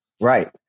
Right